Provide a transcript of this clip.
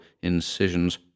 incisions